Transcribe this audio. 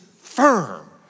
firm